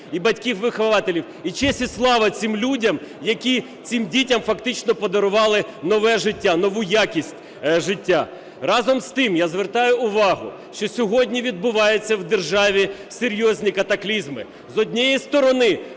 і батьків-вихователів. І честь, і слава цим людям, які цим дітям фактично подарували нове життя, нову якість життя. Разом з тим, я звертаю увагу, що сьогодні відбувається в державі серйозні катаклізми. З однієї сторони,